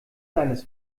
seines